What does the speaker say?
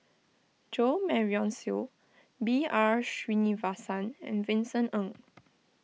Jo Marion Seow B R Sreenivasan and Vincent Ng